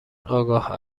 آگاه